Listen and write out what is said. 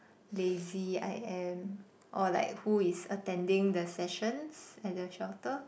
lazy I am or like who is attending the sessions at the shelter